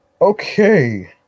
okay